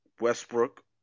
Westbrook